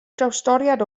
drawstoriad